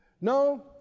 No